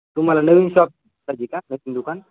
तुम्हाला नवीन शॉप पाह्यजे का नवीन दुकान